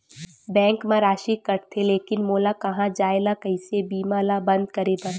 Bank मा राशि कटथे लेकिन मोला कहां जाय ला कइसे बीमा ला बंद करे बार?